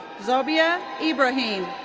zobia ibrahim.